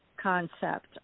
concept